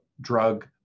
drug